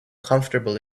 comfortable